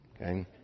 Okay